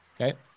Okay